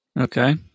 Okay